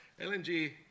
LNG